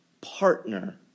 partner